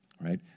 right